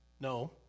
No